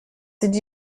did